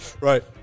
Right